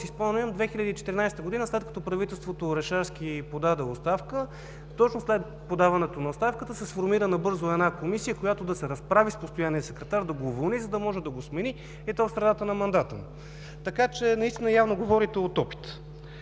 през 2014 г., след като „правителството Орешарски“ подаде оставка. Точно след подаването на оставката се сформира набързо една комисия, която да се разправи с постоянния секретар, да го уволни, за да може да го смени, и то в средата на мандата му. Така че наистина явно говорите от опит.